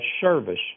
service